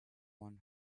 one